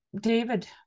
David